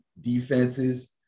defenses